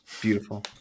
Beautiful